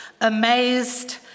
Amazed